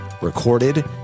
recorded